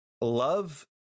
Love